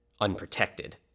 unprotected